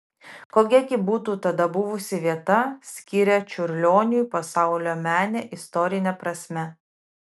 kokia gi būtų tada buvusi vieta skiria čiurlioniui pasaulio mene istorine prasme